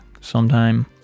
sometime